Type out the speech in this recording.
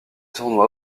tournoi